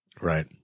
Right